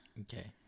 Okay